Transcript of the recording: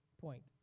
point